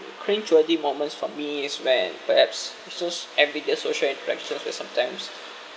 cringe worthy moments for me is when perhaps which is everyday social interactions will sometimes